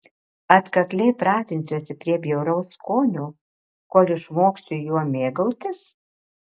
atkakliai pratinsiuosi prie bjauraus skonio kol išmoksiu juo mėgautis